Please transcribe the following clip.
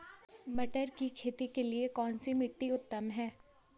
मटर की खेती के लिए कौन सी मिट्टी उत्तम है?